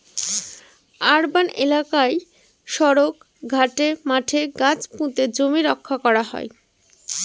urban এলাকায় সড়ক, ঘাটে, মাঠে গাছ পুঁতে জমি রক্ষা করা হয়